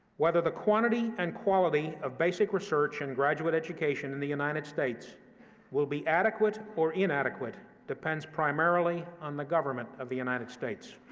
whether the quantity and quality of basic research and graduate education in the united states will be adequate or inadequate depends primarily on the government of the united states.